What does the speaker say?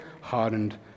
hardened